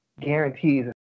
guarantees